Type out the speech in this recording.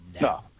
No